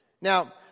Now